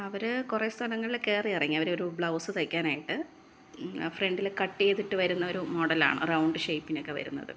അവർ കുറെ സ്ഥലങ്ങളിൽ കയറിയിറങ്ങി അവർ ഒരു ബ്ലൗസ് തയ്ക്കാനായിട്ട് ഫ്രണ്ടിൽ കട്ട് ചെയ്തിട്ട് വരുന്ന ഒരു മോഡലാണ് റൗണ്ട് ഷെയിപ്പിനൊക്കെ വരുന്നത്